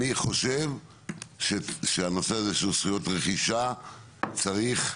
אני חושב שהנושא הזה של זכויות רכישה צריך להמשיך,